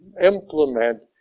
implement